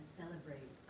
celebrate